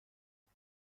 دید